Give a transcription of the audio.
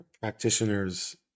practitioners